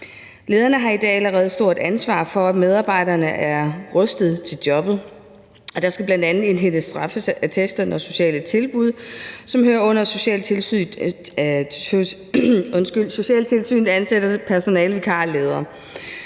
Lederne har i dag allerede et stort ansvar for, at medarbejderne er rustet til jobbet, og der skal bl.a. indhentes straffeattester, når sociale tilbud, som hører under socialtilsynet, ansætter personale, vikarer